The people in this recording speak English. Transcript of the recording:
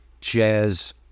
jazz